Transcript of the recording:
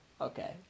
Okay